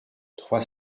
trois